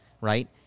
right